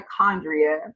mitochondria